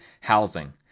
housing